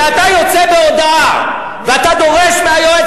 שאתה יוצא בהודעה ואתה דורש מהיועץ